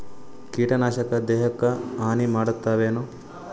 ಕೀಟನಾಶಕ ದೇಹಕ್ಕ ಹಾನಿ ಮಾಡತವೇನು?